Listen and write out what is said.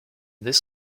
this